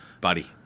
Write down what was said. buddy